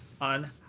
on